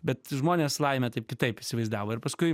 bet žmonės laimę taip kitaip įsivaizdavo ir paskui